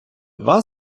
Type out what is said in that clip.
два